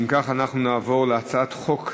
אם כך, אנחנו נעבור להצעת חוק הבאה,